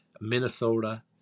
Minnesota